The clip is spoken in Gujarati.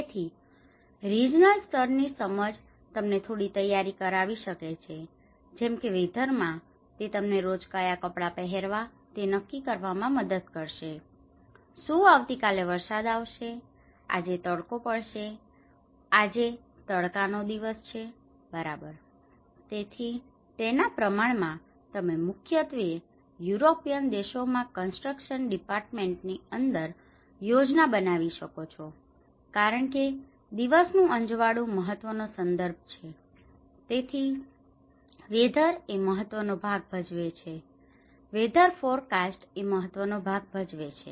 તેથી રિજનલ સ્તર ની સમજ તમને થોડી તૈયારી કરાવી શકે છે જેમ કે વેધર માં તે તમને રોજ ક્યાં કપડાં પહેરવા તે નક્કી કરવામાં મદદ કરશેશું આવતીકાલે વરસાદ આવશે આજે તડકો પડશે આજે તડકા નો દિવસ છે બરાબર તેથી તેના પ્રમાણ માં તમે મુખ્યત્વે યુરોપિયન દેશો માં કન્સ્ટ્રક્સન ડિપાર્ટમેન્ટ ની અંદર યોજના બનાવી શકો છો કારણ કે દિવસ નું અંજવાળું મહત્વનો સંદર્ભ છે તેથી વેધર એ મહત્વનો ભાગ ભજવે છે વેધર ફોરકાસ્ટ એ મહત્વનો ભાગ ભજવે છે